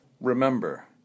Remember